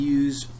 use